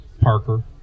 Parker